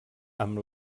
amb